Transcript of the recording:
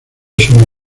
sobre